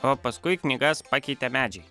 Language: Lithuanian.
o paskui knygas pakeitė medžiai